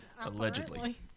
Allegedly